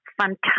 fantastic